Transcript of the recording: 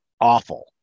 awful